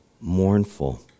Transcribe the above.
mournful